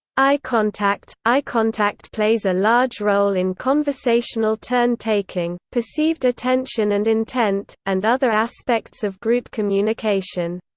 eye contact eye contact plays a large role in conversational turn-taking, perceived attention and intent, and other aspects of group communication.